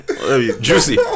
Juicy